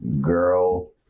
girl